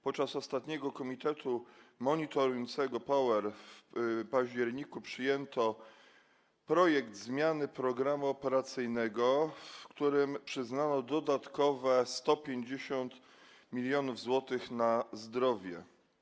Podczas ostatniego komitetu monitorującego POWER w październiku przyjęto projekt zmiany programu operacyjnego, który przyznawał dodatkowe 150 mln zł na zdrowie.